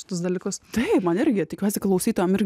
kitus dalykus taip man irgi tikiuosi klausytojam irgi